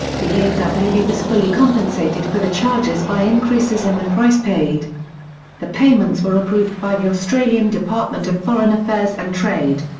the awb was fully compensated for the charges by increases in the price paid the payments were approved by the australian department of foreign affairs and trade.